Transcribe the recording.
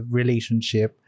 relationship